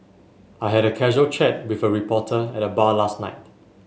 I had a casual chat with a reporter at the bar last night